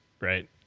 right